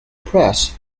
press